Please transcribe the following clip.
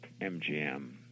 MGM